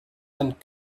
and